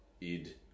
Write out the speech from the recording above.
ID